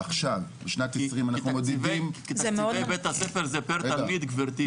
בשנת 2020... כי תקציבי בית-הספר זה 'פר' תלמיד גברתי.